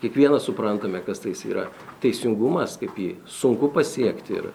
kiekvienas suprantame kas tai yra teisingumas kaip jį sunku pasiekti ir